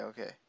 okay